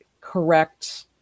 correct